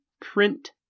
Print